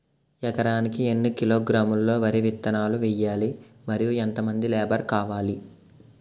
ఎకరానికి ఎన్ని కిలోగ్రాములు వరి విత్తనాలు వేయాలి? మరియు ఎంత మంది లేబర్ కావాలి?